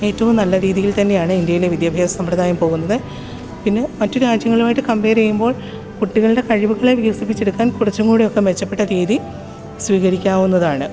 ഏറ്റവും നല്ല രീതിയിൽ തന്നെയാണ് ഇന്ത്യയിലെ വിദ്യാഭ്യാസ സമ്പ്രദായം പോകുന്നത് പിന്നെ മറ്റു രാജ്യങ്ങളുമായിട്ട് കമ്പയർ ചെയ്യുമ്പോൾ കുട്ടികളുടെ കഴിവുകളെ വികസിപ്പിച്ചെടുക്കാൻ കുറച്ചും കൂടി ഒക്കെ മെച്ചപ്പെട്ട രീതി സ്വീകരിക്കാവുന്നതാണ്